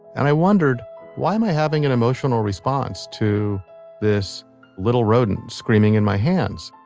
and i wondered why am i having an emotional response to this little rodent screaming in my hands?